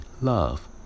love